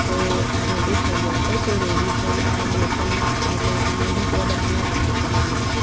એ ready થઈ ગયેલો હતો તે રેડી થયેલા બેસનના એટલે અમે ભજીયા બનાવાના સ્ટાર્ટ કરી દીધા